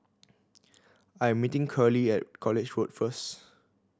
I'm meeting Curley at College Road first